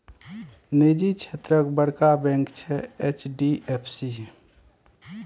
निजी क्षेत्रक बड़का बैंक छै एच.डी.एफ.सी